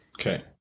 Okay